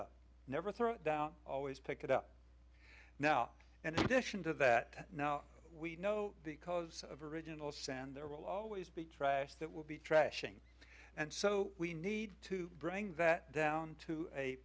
up never throw it down always pick it up now and dish into that now we know because of original sand there will always be trash that will be trashing and so we need to bring that down to a